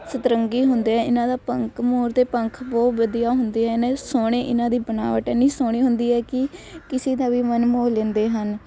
ਸਤਰੰਗੀ ਹੁੰਦੇ ਇਹਨਾਂ ਦਾ ਪੰਖ ਮੋਰ ਦੇ ਪੰਖ ਬਹੁਤ ਵਧੀਆ ਹੁੰਦੇ ਨੇ ਸੋਹਣੇ ਇਹਨਾਂ ਦੀ ਬਨਾਵਟ ਇੰਨੀ ਸੋਹਣੀ ਹੁੰਦੀ ਹੈ ਕਿ ਕਿਸੇ ਦਾ ਵੀ ਮਨ ਮੋਹ ਲੈਂਦੇ ਹਨ